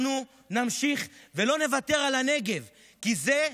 אנחנו נמשיך ולא נוותר על הנגב, כי זה,